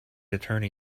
attorney